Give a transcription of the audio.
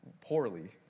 poorly